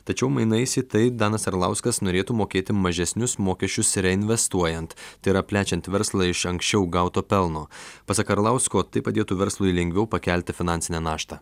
tačiau mainais į tai danas arlauskas norėtų mokėti mažesnius mokesčius reinvestuojant tai yra plečiant verslą iš anksčiau gauto pelno pasak arlausko tai padėtų verslui lengviau pakelti finansinę naštą